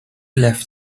left